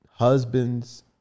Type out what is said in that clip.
Husbands